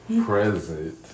present